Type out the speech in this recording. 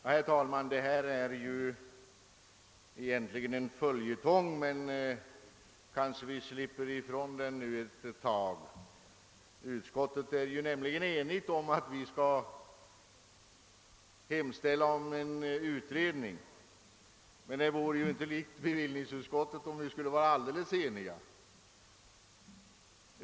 Herr talman! Det här är egentligen en följetong, men kanske vi nu slipper ifrån den ett tag. Utskottet är nämligen enigt om att vi skall hemställa om en utredning. Men det vore inte likt bevillningsutskottet om vi där skulle va ra helt eniga.